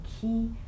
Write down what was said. key